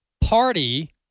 party